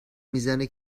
میزنه